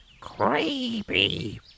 creepy